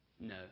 No